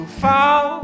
fall